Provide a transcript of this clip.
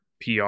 PR